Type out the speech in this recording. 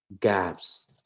gaps